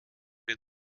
für